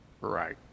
right